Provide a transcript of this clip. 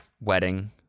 Wedding